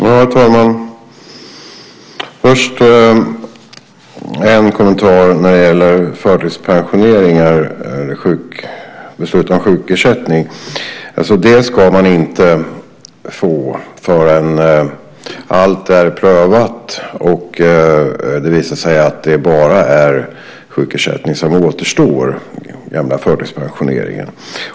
Herr talman! Först en kommentar när det gäller förtidspensioneringar och beslut om sjukersättning. Det ska man inte få förrän allt är prövat och det visar sig att det bara är sjukersättning som återstår i den gamla förtidspensioneringen.